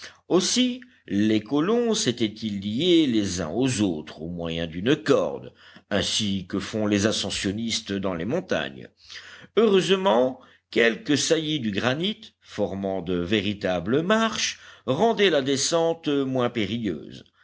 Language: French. aussi les colons s'étaient-ils liés les uns aux autres au moyen d'une corde ainsi que font les ascensionnistes dans les montagnes heureusement quelques saillies du granit formant de véritables marches rendaient la descente moins périlleuse